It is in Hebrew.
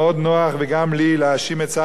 להאשים את שר האוצר ואת ראש הממשלה.